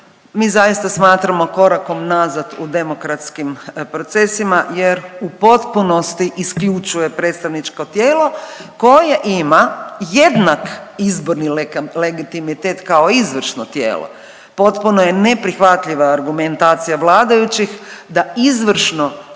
mi zaista smatramo korakom nazad u demokratskim procesima jer u potpunosti isključuje predstavničko tijelo koje ima jednak izborni legitimitet kao izvršno tijelo. Potpuno je neprihvatljiva argumentacija vladajućih da izvršno